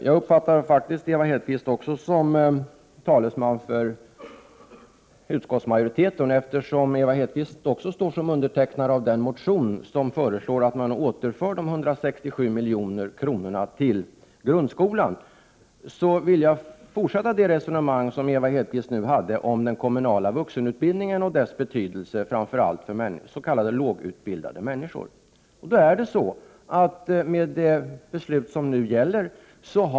Herr talman! Jag uppfattar Ewa Hedkvist Petersen som talesman också för utskottsmajoriteten. Eftersom Ewa Hedkvist Petersen också står som undertecknare av den motion där man föreslår att 167 milj.kr. skall återföras till grundskolan, vill jag fortsätta det resonemang som Ewa Hedkvist Petersen nyss förde när det gällde den kommunala vuxenutbildningen och dess betydelse för framför allt s.k. lågutbildade människor.